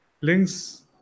links